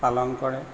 পালন কৰে